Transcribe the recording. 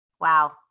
Wow